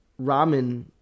ramen